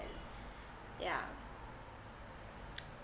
yeah